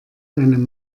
einem